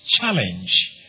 challenge